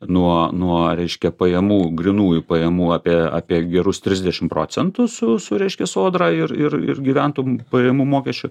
nuo nuo reiškia pajamų grynųjų pajamų apie apie gerus trisdešimt procentų su su reiškia sodra ir ir ir gyventojų pajamų mokesčiu